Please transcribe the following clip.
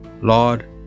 Lord